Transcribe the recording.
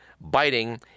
biting